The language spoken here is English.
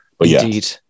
Indeed